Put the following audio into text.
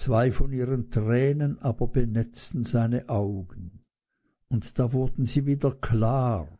zwei von ihren tränen aber benetzten seine augen da wurden sie wieder klar